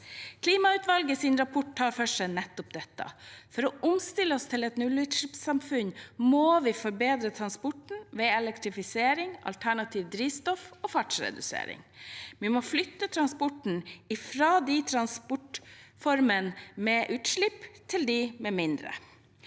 Klimautvalgets rapport tar for seg nettopp dette. For å omstille oss til et nullutslippssamfunn må vi forbedre transporten ved elektrifisering, alternative drivstoff og fartsredusering. Vi må flytte transporten fra de transportformene med mest utslipp til dem med mindre.